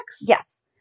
Yes